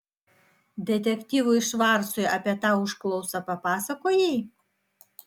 detektyvui švarcui apie tą užklausą papasakojai